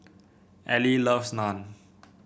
Alie loves Naan